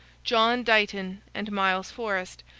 john dighton and miles forest,